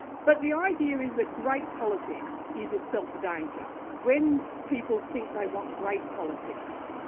but the idea is that great politics is itself a danger. when people think they want great politics,